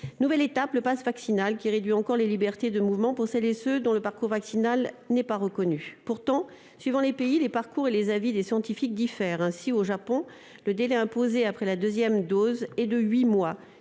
Nouvelle étape, le passe vaccinal réduit encore la liberté de mouvement de ceux dont le parcours vaccinal n'est pas reconnu. Pourtant, suivant les pays, les parcours et les avis des scientifiques diffèrent. Ainsi, au Japon, le délai imposé après la deuxième dose est de huit mois